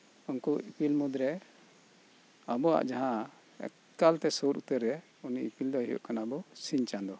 ᱩᱱᱠᱩ ᱤᱯᱤᱞ ᱢᱚᱫᱽ ᱨᱮ ᱟᱵᱩᱣᱟᱜ ᱡᱟᱦᱟᱸ ᱮᱠᱠᱟᱞ ᱛᱮ ᱥᱩᱨ ᱩᱛᱟᱹᱨ ᱨᱮ ᱩᱱᱤ ᱤᱯᱤᱞ ᱫᱚᱭ ᱦᱩᱭᱩᱜ ᱠᱟᱱᱟ ᱥᱤᱧ ᱪᱟᱸᱫᱳ